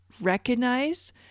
recognize